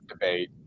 debate